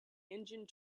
engine